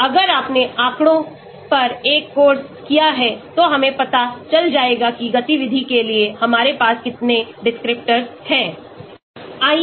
अगर आपने आँकड़ों पर एक कोर्स किया है तो हमें पता चल जाएगा कि गतिविधि के लिए हमारे पास कितने descriptors हैं